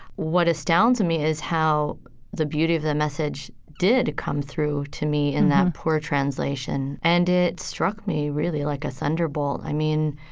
what astounds me is how the beauty of the message did come through to me in that poor translation. and it struck me, really, like a thunderbolt. i mean,